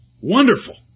Wonderful